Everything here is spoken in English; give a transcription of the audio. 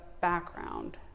background